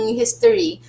history